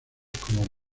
como